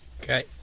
okay